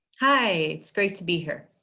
hi, it's great to be here.